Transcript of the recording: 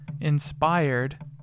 inspired